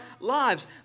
lives